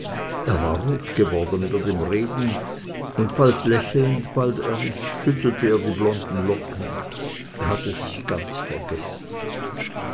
er war rot geworden über dem reden und bald lächelnd bald ernst schüttelte er die blonden locken er hatte sich ganz vergessen